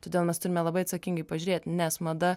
todėl mes turime labai atsakingai pažiūrėt nes mada